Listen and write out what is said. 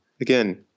Again